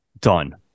Done